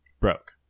broke